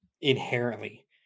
inherently